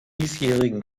diesjährigen